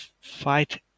fight